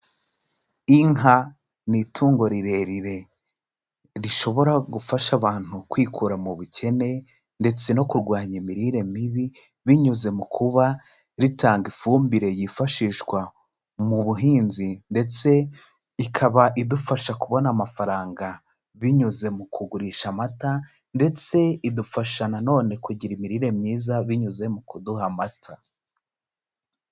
Inka ni itungo rirerire rishobora gufasha abantu kwikura mu bukene ndetse no kurwanya imirire mibi binyuze mu kuba ritanga ifumbire yifashishwa mu buhinzi ndetse ikaba idufasha kubona amafaranga binyuze mu kugurisha amata ndetse idufasha nanone kugira imirire myiza binyuze mu kuduha amata.